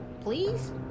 Please